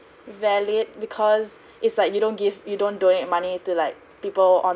valid because it's like you don't give you don't donate money to like people on